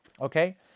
Okay